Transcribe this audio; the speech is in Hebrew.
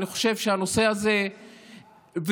אני חושב שהנושא הזה חייב להיפתר,